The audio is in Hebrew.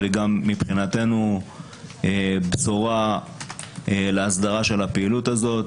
אבל מבחינתנו היא גם בשורה להסדרת הפעילות הזאת,